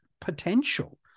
potential